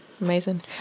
Amazing